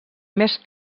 més